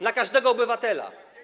na każdego obywatela.